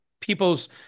people's